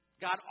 God